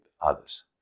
others